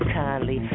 kindly